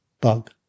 bug